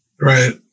Right